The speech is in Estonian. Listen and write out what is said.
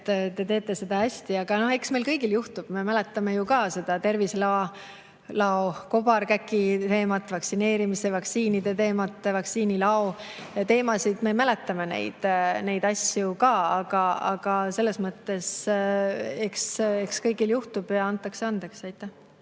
ja te teete seda hästi, aga meil kõigil juhtub. Me mäletame ju ka seda Tervise[ameti] lao kobarkäki teemat: vaktsineerimise ja vaktsiinide teemat, vaktsiinilao teemasid. Me mäletame neid asju ka, aga kõigil juhtub ja antakse andeks. Aitäh!